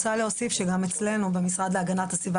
אני רוצה להוסיף שגם אצלנו במשרד להגנת הסביבה,